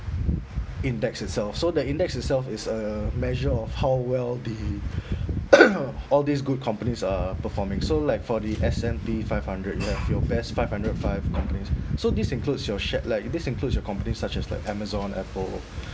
index itself so the index itself is a measure of how well did all these good companies are performing so like for the S and P five hundred you have your best five hundred five companies so this includes your shared like this includes your companies such as like amazon apple